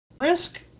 risk